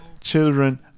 children